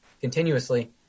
continuously